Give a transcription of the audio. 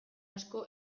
asko